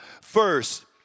first